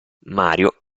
mario